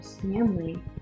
family